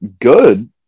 good